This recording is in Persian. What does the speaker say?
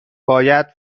باید